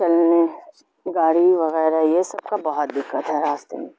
چلنے گاڑی وغیرہ یہ سب کا بہت دقت ہے راستے میں